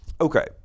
Okay